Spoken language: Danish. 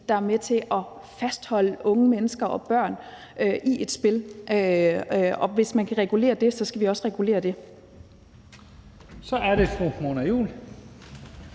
der er med til at fastholde unge mennesker og børn i et spil, og hvis man kan regulere det, skal vi også regulere det. Kl. 15:22 Første